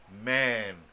Man